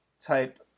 type